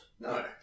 No